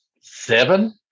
seven